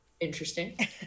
interesting